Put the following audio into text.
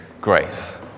grace